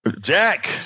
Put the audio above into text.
Jack